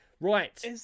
Right